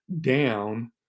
down